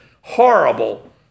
horrible